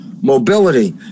mobility